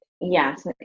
Yes